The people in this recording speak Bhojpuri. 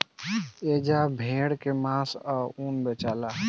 एजा भेड़ के मांस आ ऊन बेचाला